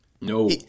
No